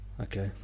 okay